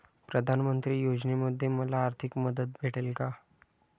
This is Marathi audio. प्रधानमंत्री योजनेमध्ये मला आर्थिक मदत भेटेल का?